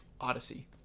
odyssey